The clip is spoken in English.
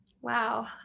Wow